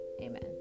Amen